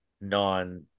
non